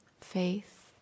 faith